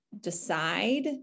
decide